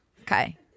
Okay